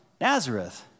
Nazareth